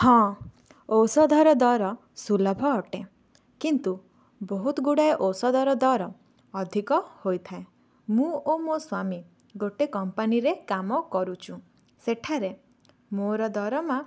ହଁ ଔଷଧର ଦର ସୁଲଭ ଅଟେ କିନ୍ତୁ ବହୁତଗୁଡ଼ିଏ ଔଷଧର ଦର ଅଧିକ ହୋଇଥାଏ ମୁଁ ଓ ମୋ' ସ୍ଵାମୀ ଗୋଟିଏ କମ୍ପାନୀରେ କାମ କରୁଛୁ ସେଠାରେ ମୋର ଦରମା